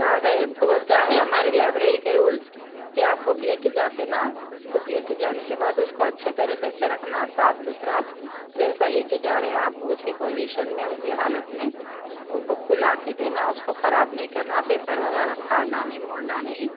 card ہے تو کیا ہے ہماری لائبریری کے رولس کہ آپ بک لے کے جاتے نا بک لے کے جانے کے بعد اس کو اچھے طریقے سے رکھنا صاف ستھرا جیسا لے کے جا رہے ہیں آپ اسی پوزیشن میں اسی حالت میں وہ بک کو لا کے دینا اس کو خراب نہیں کرنا پیپر وغیرہ پھاڑنا نہیں موڑنا نہیں